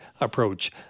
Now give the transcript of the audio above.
approach